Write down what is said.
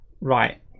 right